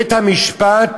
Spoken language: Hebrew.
בית-המשפט